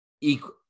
Equal